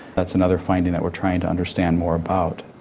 that's another finding that we're trying to understand more about.